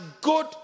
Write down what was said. good